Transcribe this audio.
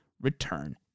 return